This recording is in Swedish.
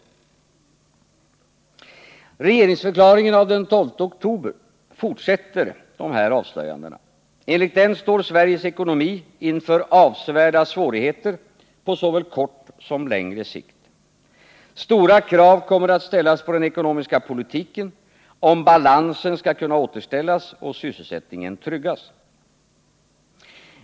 I regeringsförklaringen av den 12 oktober fortsätter dessa avslöjanden. Enligt den står Sveriges ekonomi inför avsevärda svårigheter på såväl kort som längre sikt. Stora krav kommer att ställas på den ekonomiska politiken, om balansen skall kunna återställas och sysselsättningen tryggas.